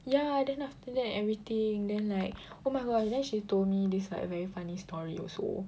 ya then after that everything then like oh my gosh then she told me this like funny story also